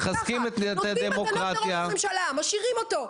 נותנים הגנה לראש הממשלה, משאירים אותו.